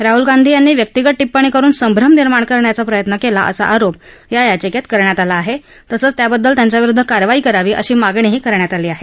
राहुल गांधी यांनी व्यक्तिगत टीप्पणी करुन संभ्रम निर्माण करण्याचा प्रयत्न केला असा आरोप या यचिकेत केला असून त्याबद्दल त्यांच्याविरुद्ध कारवाई करावी अशी मागणी लेखी यांनी केली आहे